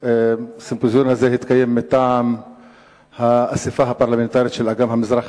הסימפוזיון הזה התקיים מטעם האספה הפרלמנטרית של אגן המזרח